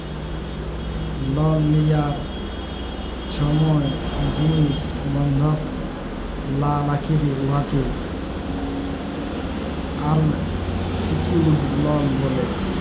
লল লিয়ার ছময় জিলিস বল্ধক লা রাইখলে উয়াকে আলসিকিউর্ড লল ব্যলে